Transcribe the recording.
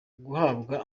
guhabwa